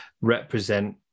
represent